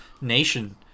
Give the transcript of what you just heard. nation